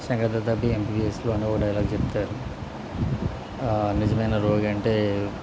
శంకర్ దాదా ఎంబిబిఎస్లో అనే డైలాగ్ చెబుతారు నిజమైన రోగి అంటే